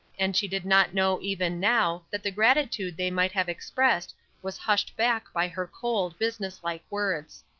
and she did not know even now that the gratitude they might have expressed was hushed back by her cold, business-like words.